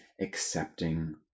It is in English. accepting